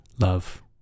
Love